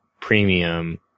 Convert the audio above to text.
premium